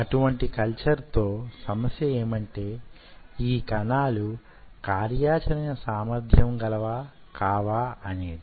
అటువంటి కల్చర్ తో సమస్య ఏమంటే ఈ కణాలు కార్యాచరణ సామర్ధ్యం గలవా కావా అనేది